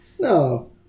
No